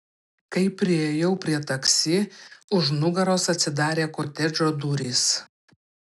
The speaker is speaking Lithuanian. kai priėjau prie taksi už nugaros atsidarė kotedžo durys